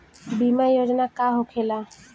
बीमा योजना का होखे ला?